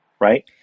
right